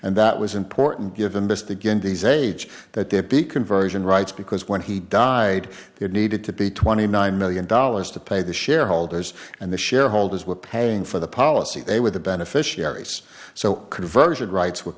and that was important given this the guineas age that there be conversion rights because when he died there needed to be twenty nine million dollars to pay the shareholders and the shareholders were paying for the policy they were the beneficiaries so conversion rights w